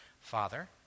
Father